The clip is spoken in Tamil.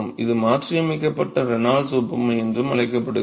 இது மாற்றியமைக்கப்பட்ட ரெனால்ட்ஸ் ஒப்புமை என்றும் அழைக்கப்படுகிறது